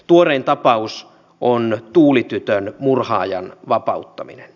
tuorein tapaus on tuuli tytön murhaajan vapauttaminen